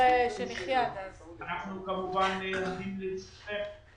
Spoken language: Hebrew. אנחנו כמובן עומדים לרשותכם.